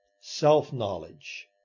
self-knowledge